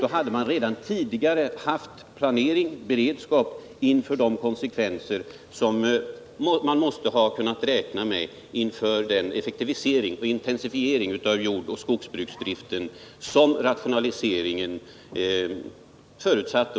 Då hade vi redan tidigare haft planering och beredskap inför de konsekvenser som man måste ha kunnat räkna med att effektiviseringen och intensifieringen av jordoch skogsbruksdriften skulle få.